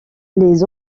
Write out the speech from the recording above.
les